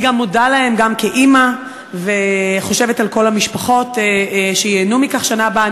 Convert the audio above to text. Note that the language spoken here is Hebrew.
אני גם מודה להם כאימא וחושבת על כל המשפחות שייהנו מכך בשנה הבאה.